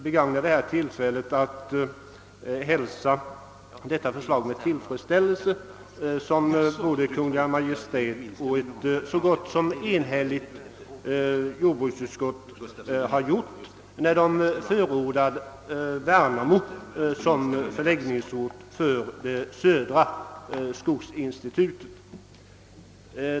Jag hälsar med tillfredsställelse att både Kungl. Maj:t och ett så gott som enigt jordbruksutskott förordat Värnamo som förläggningsort för det södra skogsinstitutet.